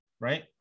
right